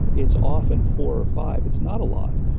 it's often four or five, it's not a lot.